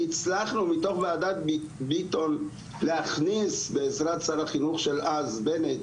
הצלחנו מתוך וועדת ביטון להכניס בעזרת שר החינוך של אז בנט,